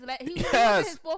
yes